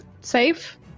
save